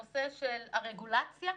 הנושא של הרגולציה,